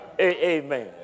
Amen